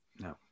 No